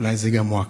אולי איזו גם מועקה.